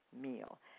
meal